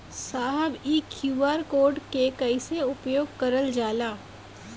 साहब इ QR code के कइसे उपयोग करल जाला?